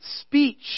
speech